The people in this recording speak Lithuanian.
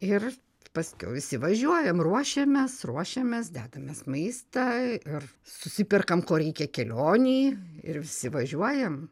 ir paskiau visi važiuojam ruošiamės ruošiamės dedamės maistą ir susiperkam ko reikia kelionei ir visi važiuojam